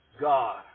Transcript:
God